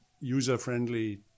user-friendly